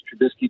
Trubisky